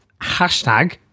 hashtag